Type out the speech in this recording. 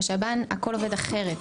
בשב"ן הכול עובד אחרת,